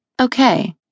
okay